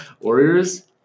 Warriors